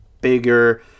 bigger